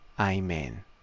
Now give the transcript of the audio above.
Amen